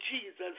Jesus